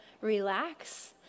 relax